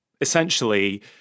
essentially